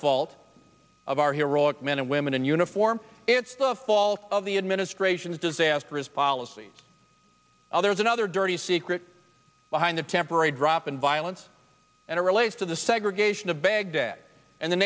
fault of our heroic men and women in uniform it's the fault of the administration's disastrous policies there's another dirty secret behind a temporary drop in violence and it relates to the segregation of baghdad and the